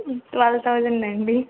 twelve thousand అండీ